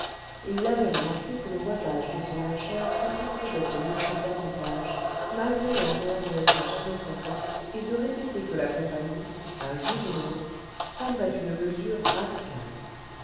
et il avait remarqué que le boisage de son herscheur satisfaisait ces messieurs davantage malgré leurs airs de n'être jamais contents et de répéter que la compagnie un jour ou l'autre prendrait une mesure radicale